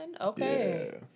Okay